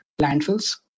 landfills